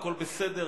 הכול בסדר,